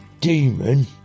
Demon